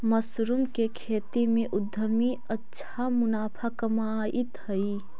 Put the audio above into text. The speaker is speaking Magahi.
मशरूम के खेती से उद्यमी अच्छा मुनाफा कमाइत हइ